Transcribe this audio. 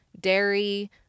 dairy